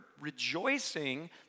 rejoicing